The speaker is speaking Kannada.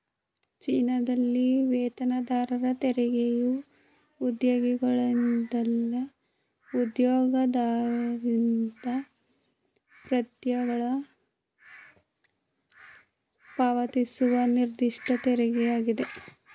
ಚೀನಾದಲ್ಲಿ ವೇತನದಾರರ ತೆರಿಗೆಯು ಉದ್ಯೋಗಿಗಳಿಂದಲ್ಲ ಉದ್ಯೋಗದಾತರಿಂದ ಪ್ರಾಂತ್ಯಗಳು ಪಾವತಿಸುವ ನಿರ್ದಿಷ್ಟ ತೆರಿಗೆಯಾಗಿದೆ